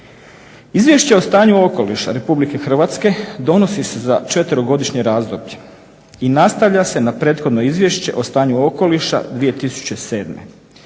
Izvješće o stanju okoliša Republike Hrvatske donosi se za četverogodišnje razdoblje i nastavlja se na prethodno izvješće o stanju okoliša 2007.